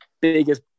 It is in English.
biggest